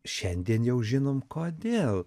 šiandien jau žinom kodėl